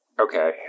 okay